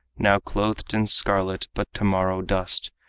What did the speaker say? now clothed in scarlet but to-morrow dust,